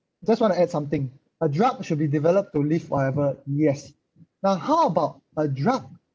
just want to add something a drug should be developed to live forever yes now how about a drug